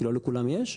כי לא לכולם יש,